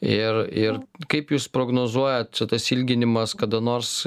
ir ir kaip jūs prognozuojat čia tas ilginimas kada nors